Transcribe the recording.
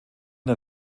der